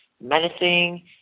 menacing